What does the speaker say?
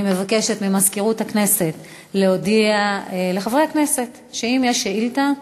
אני מבקשת ממזכירות הכנסת להודיע לחברי הכנסת שאם יש שאילתה,